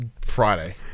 Friday